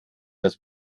das